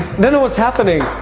know what's happening!